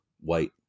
White